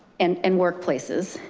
and and workplaces.